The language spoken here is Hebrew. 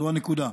זו הנקודה.